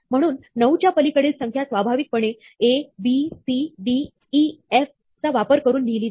म्हणून 9 च्या पलिकडील संख्या स्वाभाविकपणे A B C D E F चा वापर करून लिहिली जाईल